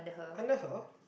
under her